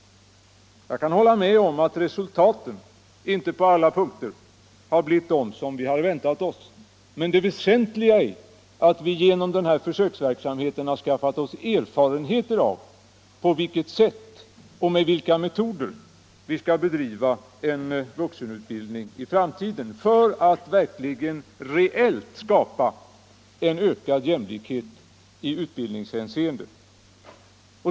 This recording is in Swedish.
Jag kan visserligen hålla med om att resultaten inte på alla punkter har blivit vad vi hade väntat oss, men det väsentliga är att vi genom försöksverksamheten har skaffat oss erfarenheter av på vilka sätt och med vilka metoder vi skall bedriva en vuxenutbildning i framtiden för att verkligen reellt skapa ökad jämlikhet i utbildningshänseende.